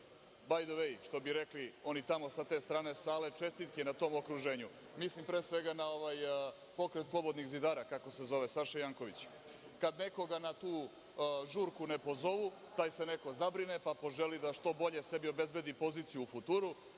„by the way“ što bi rekli oni tamo, sa te strane sale, čestitke na tom okruženju. Mislim, pre svega, na ovaj, pokret slobodnih zidara, Saša Janković, kad nekoga na tu žurku ne pozovu, taj se neko zabrine pa, poželi da obezbedi bolju poziciju u futuru